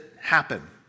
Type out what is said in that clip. happen